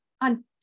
on